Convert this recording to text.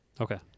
Okay